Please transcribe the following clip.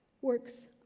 works